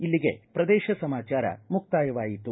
ಇಲ್ಲಿಗೆ ಪ್ರದೇಶ ಸಮಾಚಾರ ಮುಕ್ತಾಯವಾಯಿತು